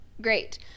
great